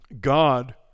God